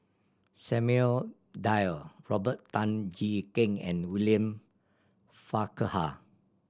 Samuel Dyer Robert Tan Jee Keng and William Farquhar